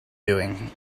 doing